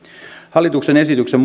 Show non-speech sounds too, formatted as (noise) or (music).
hallituksen esityksen (unintelligible)